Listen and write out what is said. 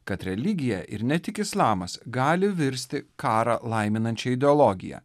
kad religija ir ne tik islamas gali virsti karą laiminančia ideologija